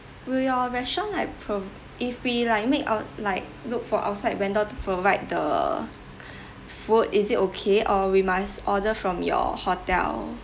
will your restaurant like pro~ if we like you make our like look for outside vendor to provide the food is it okay or we must order from your hotel